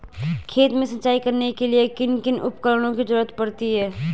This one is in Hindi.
खेत में सिंचाई करने के लिए किन किन उपकरणों की जरूरत पड़ती है?